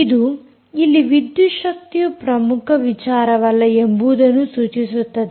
ಇದು ಇಲ್ಲಿ ವಿದ್ಯುತ್ ಶಕ್ತಿಯು ಪ್ರಮುಖ ವಿಚಾರವಲ್ಲ ಎಂಬುದನ್ನೂ ಸೂಚಿಸುತ್ತದೆ